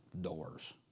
doors